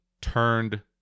turned